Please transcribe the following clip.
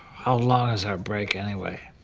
how long is our break, anyway?